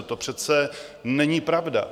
To přece není pravda.